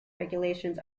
regulations